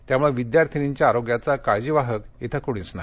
त्यामुळे विद्यार्थिनीच्या आरोग्याचा काळजीवाहक इथं कूणीच नाही